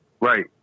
right